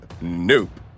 nope